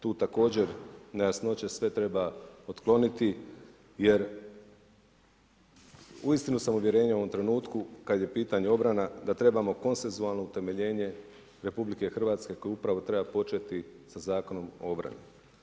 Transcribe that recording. Tu također nejasnoće sve treba otkloniti, jer uistinu sam u uvjerenju u ovom trenutku kad je u pitanju obrana, da trebamo konsenzualno utemeljenje RH koju upravo treba početi sa Zakonom o obrani.